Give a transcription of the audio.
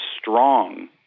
strong